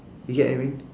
you get what I mean